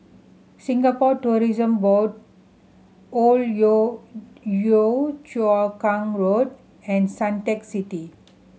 Singapore Tourism Board Old Yio Yio Chu Kang Road and Suntec City